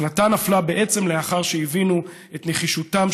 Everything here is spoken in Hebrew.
ההחלטה נפלה בעצם לאחר שהבינו את נחישותם